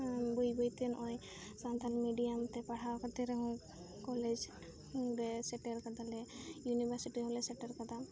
ᱵᱟᱹᱭ ᱵᱟᱹᱭ ᱛᱮ ᱱᱚᱜᱼᱚᱭ ᱥᱟᱱᱛᱟᱲᱤ ᱢᱤᱰᱤᱭᱟᱢ ᱛᱮ ᱯᱟᱲᱦᱟᱣ ᱠᱟᱛᱮ ᱨᱮᱦᱚᱸ ᱠᱚᱞᱮᱡᱽ ᱨᱮ ᱥᱮᱴᱮᱨ ᱠᱮᱫᱟᱞᱮ ᱭᱩᱱᱤᱵᱷᱟᱨᱥᱤᱴᱤ ᱦᱚᱸᱞᱮ ᱥᱮᱴᱮᱨ ᱠᱮᱫᱟ